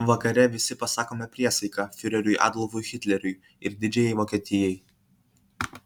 vakare visi pasakome priesaiką fiureriui adolfui hitleriui ir didžiajai vokietijai